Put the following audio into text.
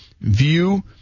view